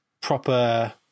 proper